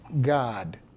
God